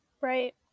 Right